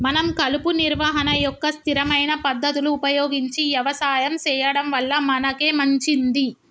మనం కలుపు నిర్వహణ యొక్క స్థిరమైన పద్ధతులు ఉపయోగించి యవసాయం సెయ్యడం వల్ల మనకే మంచింది